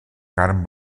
carn